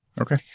Okay